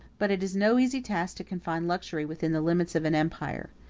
but it is no easy task to confine luxury within the limits of an empire.